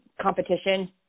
competition